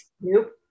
Nope